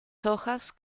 hojas